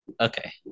Okay